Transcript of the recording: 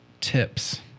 tips